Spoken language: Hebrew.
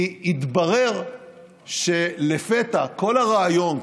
כי התברר לפתע שכל הרעיון,